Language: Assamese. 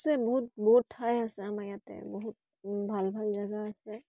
আছে বহুত বহুত ঠাই আছে আমাৰ ইয়াতে বহুত ভাল ভাল জেগা আছে